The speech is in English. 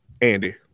Andy